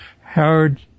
Howard